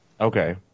Okay